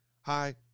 hi